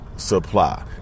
Supply